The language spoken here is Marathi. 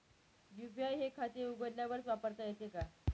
यू.पी.आय हे खाते उघडल्यावरच वापरता येते का?